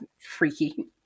freaky